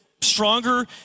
stronger